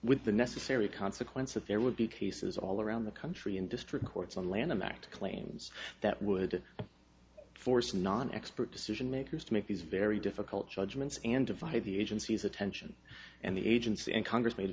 with the necessary consequence that there would be cases all around the country in district courts on lanham act claims that would force not an expert decision makers to make these very difficult judgments and divide the agencies attention and the agency and congress made